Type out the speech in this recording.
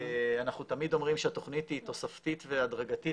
אנחנו תמיד אומרים שהתוכנית היא תוספתית והדרגתית